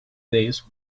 days